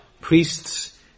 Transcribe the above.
priests